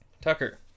Tucker